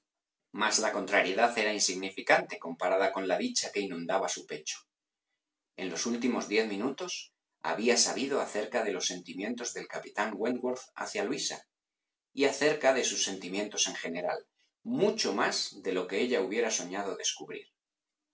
mas la contrariedad era insignificante comparada con la dicha que inundaba su pecho en los últimos diez minutos había sabido acerca de los sentimientos del capitán wentworth hacia luisa y acerca de sus sentimientos en general mucho más de lo que ella hubiera soñado descubrir